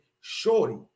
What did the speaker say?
shorty